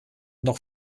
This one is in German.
noch